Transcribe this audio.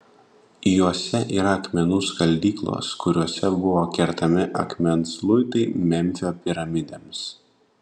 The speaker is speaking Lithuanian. juose yra akmenų skaldyklos kuriose buvo kertami akmens luitai memfio piramidėms